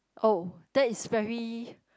oh that is very